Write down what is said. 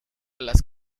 las